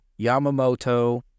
Yamamoto